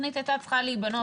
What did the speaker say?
התוכנית הייתה צריכה להיבנות.